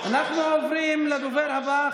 אנחנו עוברים לדובר הבא,